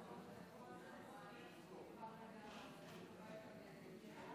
אם כך, ניגשים